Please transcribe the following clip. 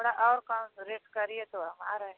थोड़ा और कम रेट करिए तो हम आ रहे हैं